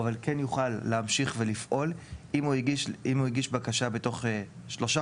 הוא אבל כן יוכל להמשיך ולפעול אם הוא הגיש בקשה בתוך שלושה